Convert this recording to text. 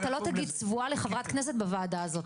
אתה לא תגיד צבועה לחברת כנסת בוועדה הזאת.